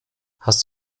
hast